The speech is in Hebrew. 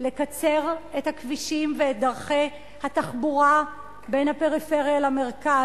לקצר את הכבישים ואת דרכי התחבורה בין הפריפריה למרכז.